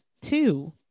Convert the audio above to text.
two